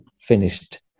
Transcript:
finished